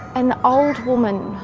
an old woman,